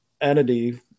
entity